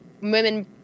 women